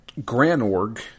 Granorg